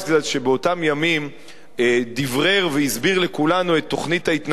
שבאותם ימים דברר והסביר לכולנו את תוכנית ההתנתקות,